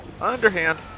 Underhand